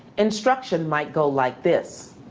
instruction might go like this.